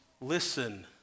Listen